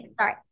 Sorry